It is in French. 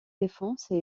défenses